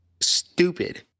stupid